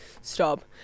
Stop